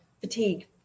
fatigue